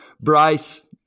Bryce